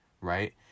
right